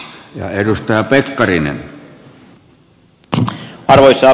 arvoisa puhemies